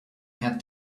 had